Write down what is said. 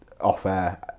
off-air